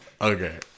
Okay